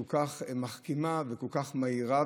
ובצורה כל כך מחכימה וכל כך מאירה.